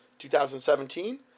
2017